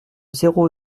zéro